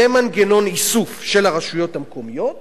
יהיה מנגנון איסוף של הרשויות המקומיות